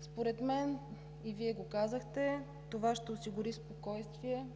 Според мен, и Вие го казахте, това ще осигури спокойствие,